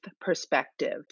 perspective